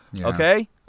Okay